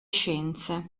scienze